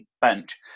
bench